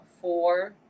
four